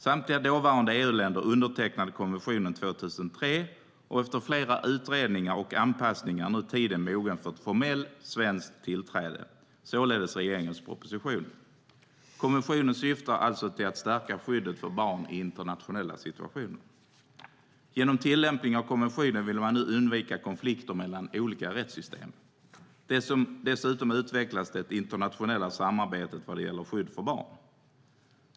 Samtliga dåvarande EU-länder undertecknade konventionen 2003, och efter flera utredningar och anpassningar är nu tiden mogen för ett formellt svenskt tillträde - således regeringens proposition. Konventionen syftar alltså till att stärka skyddet för barn i internationella situationer. Genom tillämpning av konventionen vill man nu undvika konflikter mellan olika rättssystem. Dessutom utvecklas det internationella samarbetet vad gäller skydd för barn.